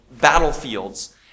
battlefields